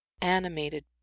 animated